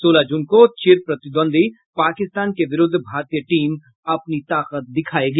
सोलह जून को चिरप्रतिद्वंदी पाकिस्तान के विरूद्ध भारतीय टीम अपनी ताकत दिखायेगी